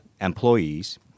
employees